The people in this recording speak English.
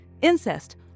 incest